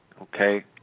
Okay